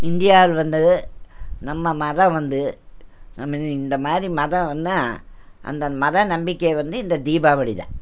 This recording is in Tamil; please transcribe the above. இந்தியாவில் வந்தது நம்ம மதம் வந்து நமது இந்தமாதிரி மதன்னா அந்த மத நம்பிக்கை வந்து இந்த தீபாவளி தான்